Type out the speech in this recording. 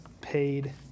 paid